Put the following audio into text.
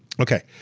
okay.